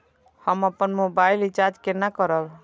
हम अपन mobile recharge केना करब?